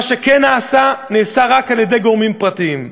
מה שכן נעשה, נעשה רק על-ידי גורמים פרטיים.